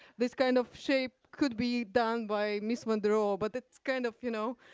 this kind of shape could be done by miss monroe, but it's kind of, you know,